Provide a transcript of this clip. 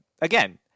again